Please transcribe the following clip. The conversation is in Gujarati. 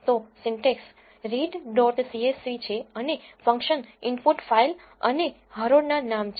તો સિન્ટેક્સ રીડ ડોટ સીએસવી છે અને ફંકશનના ઇનપુટ ફાઈલ અને હરોળ ના નામ છે